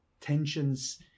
tensions